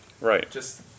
right